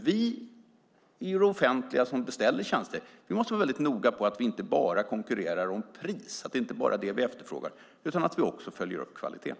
Vi som beställer tjänster måste vara noga med att det inte bara är konkurrens om priset utan att vi också följer upp kvaliteten.